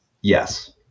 Yes